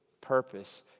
purpose